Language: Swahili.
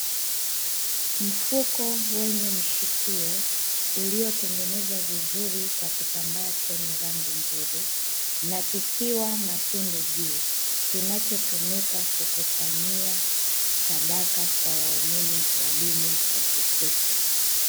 Mfuko wenye mshikio uliotengenezwa vizuri kwa kitambaa chenye rangi nzuri na kikiwa na tundu juu, kinachotumika kukusanyia sadaka kwa waumini wa dini ya kikristo,